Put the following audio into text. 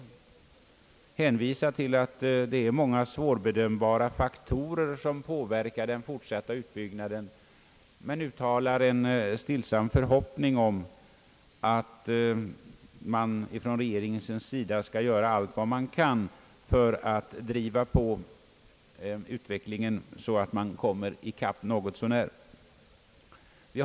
Utskottet har vidare hänvisat till att många svårbedömbara faktorer påverkar den fortsatta utbyggnaden samt uttalat en stillsam förhoppning om att regeringen skall göra allt vad den kan för att driva på utvecklingen så att man kommer ikapp något så när.